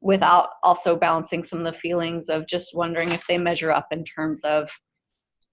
without also balancing some of the feelings of just wondering if they measure up in terms of